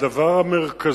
הדבר המרכזי,